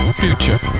future